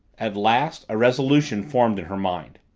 at last a resolution formed in her mind.